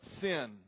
sin